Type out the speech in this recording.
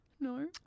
No